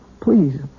Please